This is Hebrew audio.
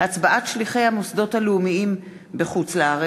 (הצבעת שליחי המוסדות הלאומיים בחוץ-לארץ),